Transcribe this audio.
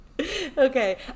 Okay